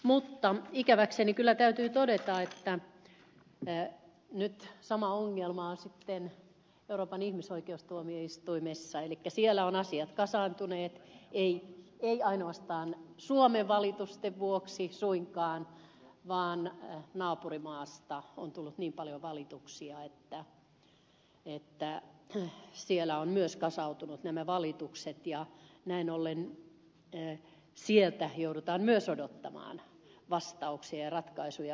mutta ikäväkseni kyllä täytyy todeta että nyt sama ongelma on euroopan ihmisoikeustuomioistuimessa eli siellä ovat asiat kasaantuneet eivät ainoastaan suomen valitusten vuoksi suinkaan vaan naapurimaasta on tullut niin paljon valituksia että siellä ovat myös valitukset kasautuneet ja näin ollen sieltä joudutaan myös odottamaan vastauksia ja ratkaisuja